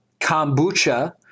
kombucha